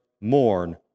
mourn